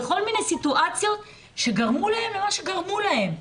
וסיטואציות שגרמו להם את מה שגרמו להם.